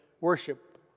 worship